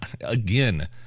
again